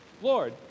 Lord